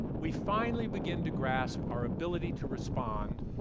we finally begin to grasp our ability to respond,